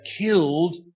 killed